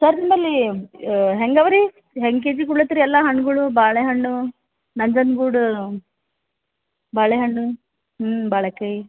sir ನಿಮ್ಮಲ್ಲಿ ಹೆಂಗವರೀ ಹೆಂಗೆ ಕೆ ಜಿ ಕೊಡ್ಲತ್ತೀರಿ ಎಲ್ಲ ಹಣ್ಣುಗಳು ಬಾಳೆಹಣ್ಣು ನಂಜನಗೂಡು ಬಾಳೆಹಣ್ಣು ಹ್ಞೂ ಬಾಳೆಕಾಯಿ